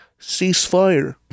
ceasefire